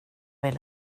vill